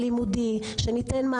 יותר